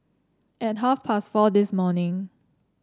at half past four this morning